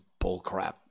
bullcrap